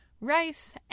rice